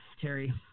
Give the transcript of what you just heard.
Terry